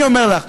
אני אומר לך,